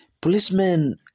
Policemen